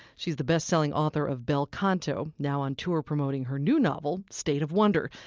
she's the bestselling author of bel canto, now on tour promoting her new novel, state of wonder.